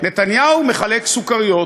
"נתניהו מחלק סוכריות",